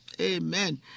Amen